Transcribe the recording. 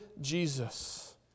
Jesus